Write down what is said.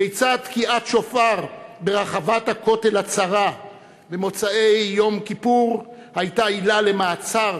כיצד תקיעה בשופר ברחבת הכותל הצרה במוצאי יום כיפור הייתה עילה למעצר